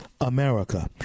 America